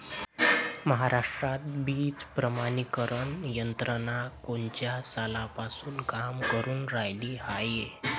महाराष्ट्रात बीज प्रमानीकरण यंत्रना कोनच्या सालापासून काम करुन रायली हाये?